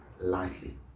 lightly